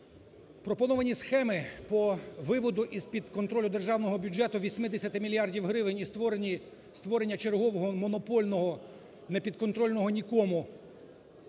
Пропоновані схеми по виводу з-під контролю державного бюджету 80 мільярдів гривень і створення чергового монопольного, непідконтрольного нікому,